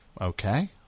Okay